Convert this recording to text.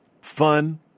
fun